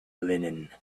linen